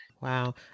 wow